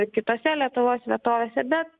kitose lietuvos vietovėse bet